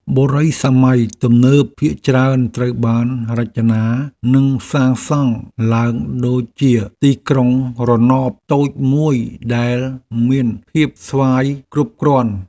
បុរីសម័យទំនើបភាគច្រើនត្រូវបានរចនានិងសាងសង់ឡើងដូចជាទីក្រុងរណបតូចមួយដែលមានភាពស្វ័យគ្រប់គ្រាន់។